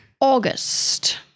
August